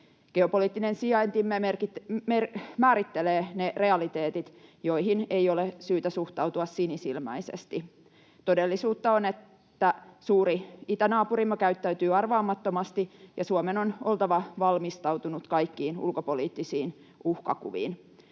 Geopoliittinen sijaintimme määrittelee ne realiteetit, joihin ei ole syytä suhtautua sinisilmäisesti. Todellisuutta on, että suuri itänaapurimme käyttäytyy arvaamattomasti ja Suomen on oltava valmistautunut kaikkiin ulkopoliittisiin uhkakuviin.